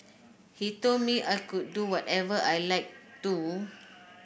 he told me I could do whatever I like do